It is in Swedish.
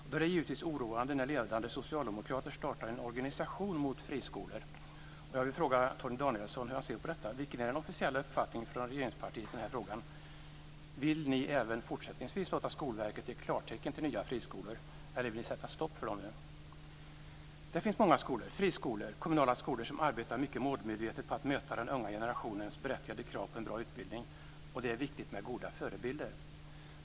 Då är det givetvis oroande när ledande socialdemokrater startar en organisation mot friskolor. Jag vill fråga Torgny Danielsson hur han ser på detta. Vilken är den officiella uppfattningen från regeringspartiet i denna fråga? Vill ni även fortsättningsvis låta Skolverket ge klartecken till nya friskolor, eller vill ni sätta stopp för det? Det finns många skolor - friskolor och kommunala skolor - som arbetar mycket målmedvetet med att möta den unga generationens berättigade krav på en bra utbildning, och det är viktigt med goda förebilder.